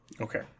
Okay